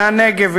מן הנגב,